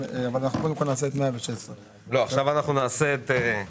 ממי הוא מקבל את המענה כשהוא רוצה את העובדות האלה?